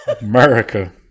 america